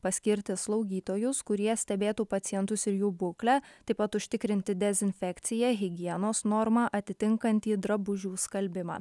paskirti slaugytojus kurie stebėtų pacientus ir jų būklę taip pat užtikrinti dezinfekciją higienos normą atitinkantį drabužių skalbimą